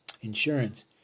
insurance